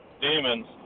demons